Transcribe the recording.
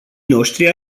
noștri